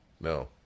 No